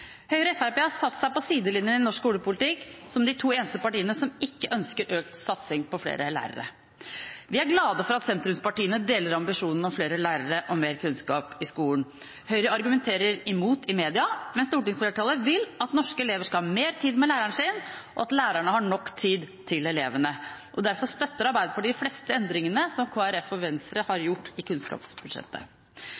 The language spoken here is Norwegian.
Høyre og Fremskrittspartiet har satt seg på sidelinjen i norsk skolepolitikk som de to eneste partiene som ikke ønsker økt satsing på flere lærere. Vi er glade for at sentrumspartiene deler ambisjonen om flere lærere og mer kunnskap i skolen. Høyre argumenterer imot i media, men stortingsflertallet vil at norske elever skal ha mer tid med læreren sin, og at lærerne har nok tid til elevene. Derfor støtter Arbeiderpartiet de fleste endringene Kristelig Folkeparti og Venstre har